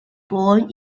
born